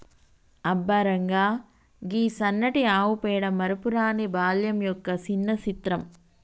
అబ్బ రంగా, గీ సన్నటి ఆవు పేడ మరపురాని బాల్యం యొక్క సిన్న చిత్రం